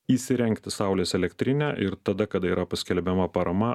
įsirengti saulės elektrinę ir tada kada yra paskelbiama parama